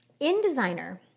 InDesigner